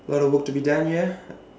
a lot of work to be done here